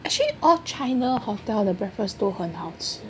actually all China hotel the breakfast 都很好吃